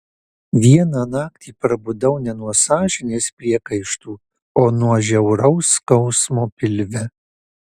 vieną naktį prabudau ne nuo sąžinės priekaištų o nuo žiauraus skausmo pilve